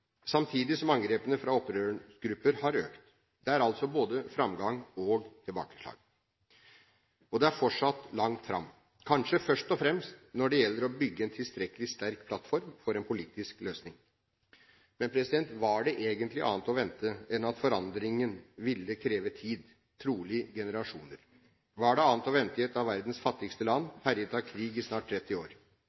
samtidig som angrepene fra opprørsgrupper har økt. Det er altså både framgang og tilbakeslag. Og det er fortsatt langt fram, kanskje først og fremst når det gjelder å bygge en tilstrekkelig sterk plattform for en politisk løsning. Men var det egentlig annet å vente enn at forandringen ville kreve tid, trolig generasjoner? Var det annet å vente i et av verdens fattigste land, herjet av krig i snart 30 år,